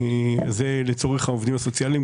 זה לצורך העובדים הסוציאליים.